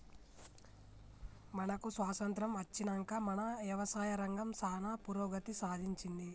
మనకు స్వాతంత్య్రం అచ్చినంక మన యవసాయ రంగం సానా పురోగతి సాధించింది